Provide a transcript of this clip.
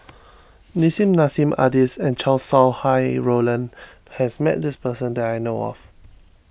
Nissim Nassim Adis and Chow Sau Hai Roland has met this person that I know of